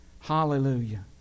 Hallelujah